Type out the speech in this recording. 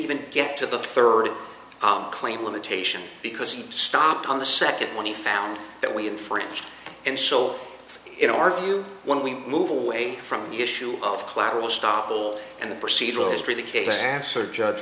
even get to the third claim limitation because he stopped on the second when he found that we had french and so in our view when we move away from the issue of collateral stop and the procedural history the case nasser judge